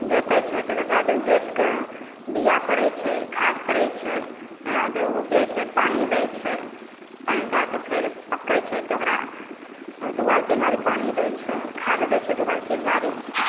जोतय छै तकरबाद जोतिकऽ बीया पड़य छै खाद पड़य छै ओनातऽ उपजय छै पानि दै छै पानि दएके फेर पकइ छै तऽ ओकरा दू बारी तीन बारी पानि दै छै खाद दै छै दू बारी तीन बारी